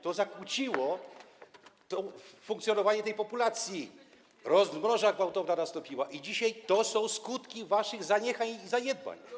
To zakłóciło funkcjonowanie tej populacji - rozmnoża gwałtowna nastąpiła i dzisiaj to są skutki waszych zaniechań i zaniedbań.